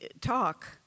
talk